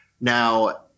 Now